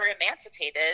emancipated